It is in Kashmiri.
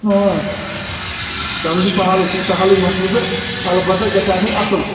آ تَمیُک چھُ سَہلٕے سُہ چھُ سَہلٕے مَسلہٕ تہٕ اَلبتہ گَژھِ آسٕنۍ اَصٕل